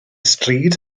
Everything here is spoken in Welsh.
stryd